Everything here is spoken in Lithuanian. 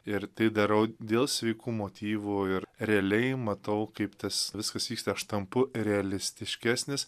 ir tai darau dėl sveikų motyvų ir realiai matau kaip tas viskas vyksta štampu realistiškesnis